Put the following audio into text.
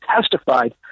testified